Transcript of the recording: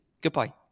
Goodbye